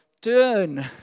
turn